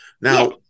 Now